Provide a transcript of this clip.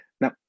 Now